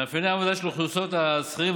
מאפייני העבודה של אוכלוסיית השכירים